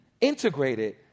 integrated